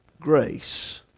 grace